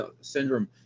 syndrome